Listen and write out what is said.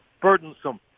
burdensome